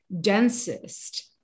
densest